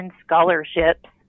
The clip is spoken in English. scholarships